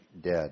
dead